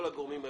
כל הגורמים,